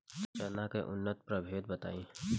चना के उन्नत प्रभेद बताई?